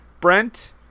Brent